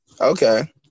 Okay